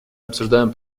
обсуждаем